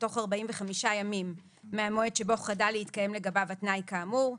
בתוך 45 ימים מהמועד שבו חדל להתקיים לגביו התנאי כאמור.